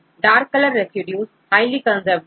dark colour residues highly conserved है